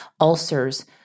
Ulcers